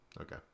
Okay